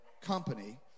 company